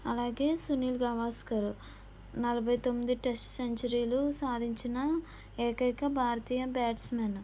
అలాగే సునీల్ గవాస్కర్ నలభై తొమ్మిది టెస్ట్ సెంచరీలు సాధించిన ఏకైక భారతీయ బ్యాట్స్మెన్